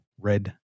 red